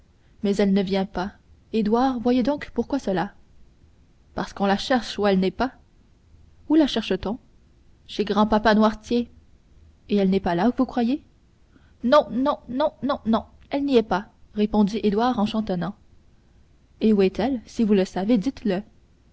mais elle ne vient pas édouard voyez donc pourquoi cela parce qu'on la cherche où elle n'est pas où la cherche t on chez grand-papa noirtier et elle n'est pas là vous croyez non non non non non elle n'y est pas répondit édouard en chantonnant et où est-elle si vous le savez dites-le